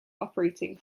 operating